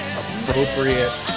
appropriate